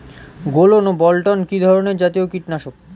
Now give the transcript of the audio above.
গোলন ও বলটন কি ধরনে জাতীয় কীটনাশক?